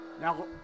Now